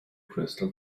crystal